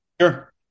Sure